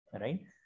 right